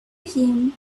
him